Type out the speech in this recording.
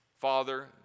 Father